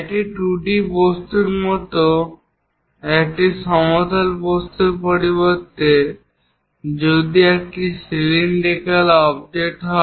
একটি 2D বস্তুর মতো একটি সমতল বস্তুর পরিবর্তে যদি এটি একটি সিলিন্ডিকাল অবজেক্ট হয়